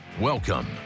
Welcome